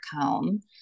home